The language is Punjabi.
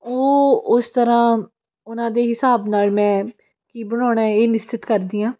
ਉਹ ਉਸ ਤਰ੍ਹਾਂ ਉਹਨਾਂ ਦੇ ਹਿਸਾਬ ਨਾਲ ਮੈਂ ਕੀ ਬਣਾਉਣਾ ਇਹ ਨਿਸ਼ਚਿਤ ਕਰਦੀ ਹਾਂ